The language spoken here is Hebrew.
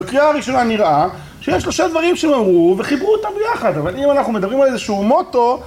בקריאה ראשונה נראה שיש שלושה דברים שהם אמרו וחיברו אותנו יחד אבל אם אנחנו מדברים על איזה שהוא מוטו...